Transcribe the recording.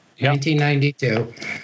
1992